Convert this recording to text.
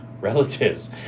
relatives